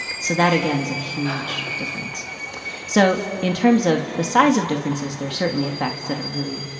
so that, again, is a huge difference so in terms of the size of differences, there are certainly effects that are really,